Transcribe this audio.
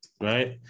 right